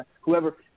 whoever